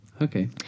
okay